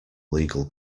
legal